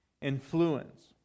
Influence